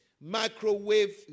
microwave